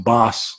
Boss